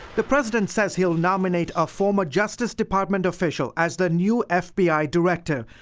the president says he'll nominate a former justice department official as the new f b i. director,